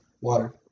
water